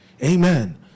Amen